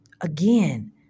again